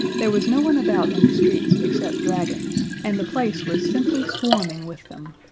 there was no one about in the streets except dragons, and the place was simply swarming with them.